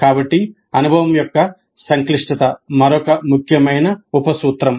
కాబట్టి అనుభవం యొక్క సంక్లిష్టత మరొక ముఖ్యమైన ఉప సూత్రం